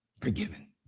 Forgiven